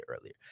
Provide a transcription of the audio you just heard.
earlier